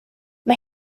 mae